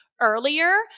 earlier